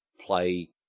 play